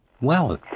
Wow